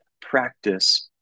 practice